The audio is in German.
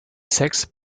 sex